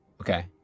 Okay